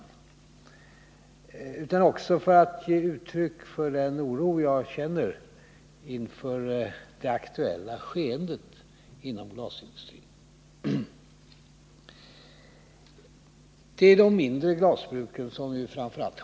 Det är också för att ge uttryck för den oro jag känner inför det aktuella skeendet inom glasindustrin. Det är framför allt de mindre glasbruken som nu hotas.